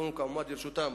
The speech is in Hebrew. אנחנו נעמוד לרשותם.